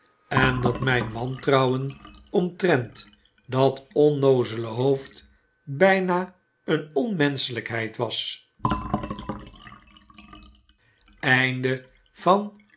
en dat mpn wantrouwen omtrent dat onnoozele hoofd bjjna een onmenschelykheid was